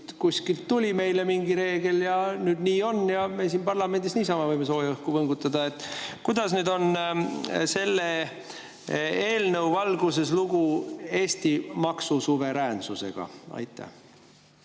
Kuskilt tuli meile mingi reegel, nüüd nii on ja me siin parlamendis võime niisama sooja õhku võngutada. Kuidas nüüd on selle eelnõu valguses lugu Eesti maksusuveräänsusega? Aitäh!